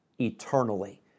eternally